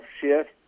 shift